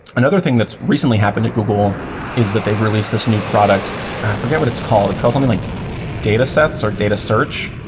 another thing that's recently happened at google is that they've released this new product. i forget what it's called. it's called something like datasets of data search,